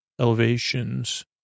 elevations